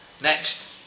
Next